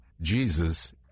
Jesus